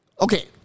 okay